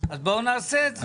אז בואו נעשה את זה.